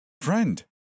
Friend